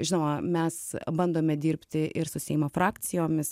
žinoma mes bandome dirbti ir su seimo frakcijomis